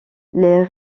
les